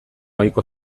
ohiko